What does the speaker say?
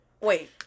Wait